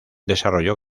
desarrolló